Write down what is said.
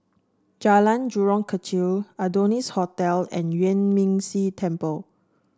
Jalan Jurong Kechil Adonis Hotel and Yuan Ming Si Temple